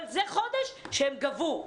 אבל זה חודש שהם גבו.